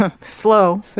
Slow